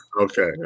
Okay